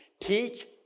Teach